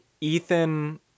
Ethan